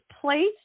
place